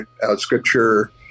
scripture